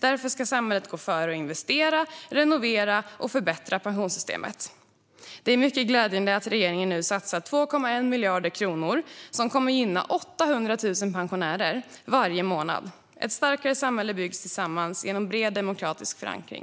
Därför ska samhället gå före och investera, renovera och förbättra pensionssystemet. Det är mycket glädjande att regeringen nu satsar 2,1 miljarder kronor, som kommer att gynna 800 000 pensionärer varje månad. Ett starkare samhälle byggs tillsammans genom bred demokratisk förankring.